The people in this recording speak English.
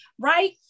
right